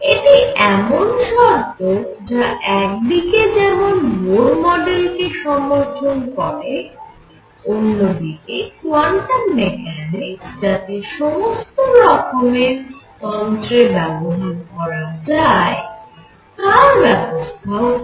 এটি এমন শর্ত যা একদিকে যেমন বোর মডেলকে সমর্থন করে অন্যদিকে কোয়ান্টাম মেকানিক্স যাতে সমস্ত রকমের তন্ত্রে ব্যবহার করা যায় তার ব্যবস্থাও করে